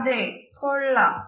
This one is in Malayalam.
അതെ കൊള്ളാം